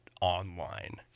online